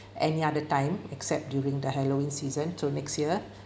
any other time except during the halloween season till next year